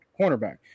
cornerback